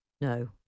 No